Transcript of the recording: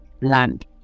land